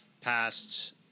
past